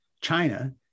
China